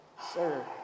Sir